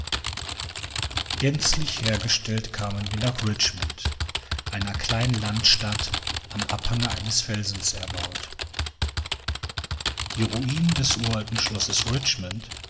gänzlich hergestellt kamen wir nach richmond einer kleinen landstadt am abhange eines felsens erbaut die ruinen des uralten schlosses richmond